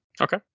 Okay